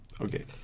Okay